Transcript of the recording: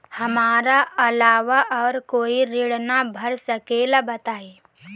हमरा अलावा और कोई ऋण ना भर सकेला बताई?